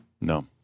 No